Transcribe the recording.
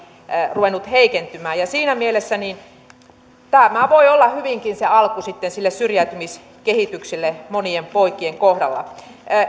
ruvennut heikentymään ja siinä mielessä tämä voi olla hyvinkin se alku sitten sille syrjäytymiskehitykselle monien poikien kohdalla